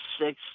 six